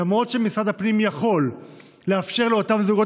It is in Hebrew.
למרות שמשרד הפנים יכול לאפשר לאותם זוגות